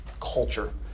culture